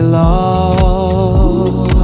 love